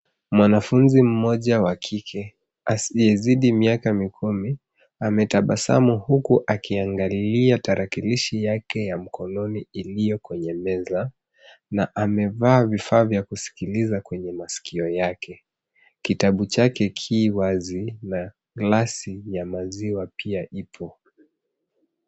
Mwanafunzi mmoja wa kike asiyezidi miaka mikumi ametabasamu huku akiangalia tarakilishi iliyo kwenye meza na amevaa vifaa vya kuskiliza kwenye maskio yake. Kitabu cha kiwazi. Glasi ya maziwa pia ipo.